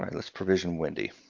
um let's provision wendy.